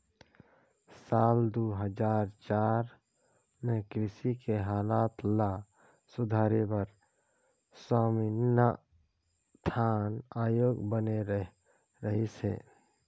साल दू हजार चार में कृषि के हालत ल सुधारे बर स्वामीनाथन आयोग बने रहिस हे